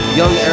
young